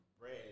bread